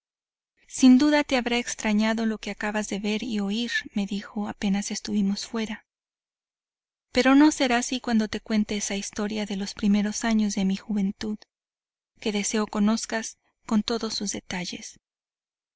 sin duda te habrá extrañado lo que acabas de ver y oír me dijo apenas estuvimos fuera pero no será así cuando te cuente esa historia de los primeros años de mi juventud que deseo conozcas en todos sus detalles